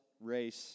race